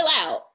out